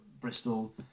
Bristol